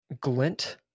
glint